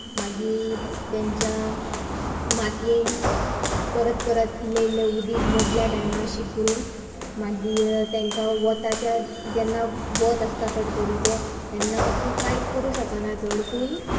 मागीर तेंच्या मातयेंत परत परत इल्लें इल्लें उदिक मदल्या टायमार शिपरुन मागीर तेंकां वताच्या जेन्ना वत आसता कडकडीचें तेन्ना तूं कांय करूंक शकना चड पूण